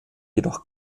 jedoch